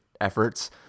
efforts